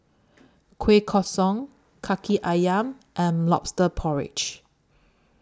Kueh Kosui Kaki Ayam and Lobster Porridge